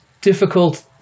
difficult